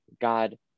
God